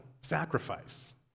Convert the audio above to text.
sacrifice